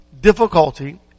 difficulty